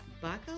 buckle